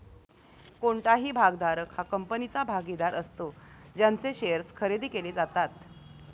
कोणताही भागधारक हा कंपनीचा भागीदार असतो ज्यांचे शेअर्स खरेदी केले जातात